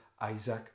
Isaac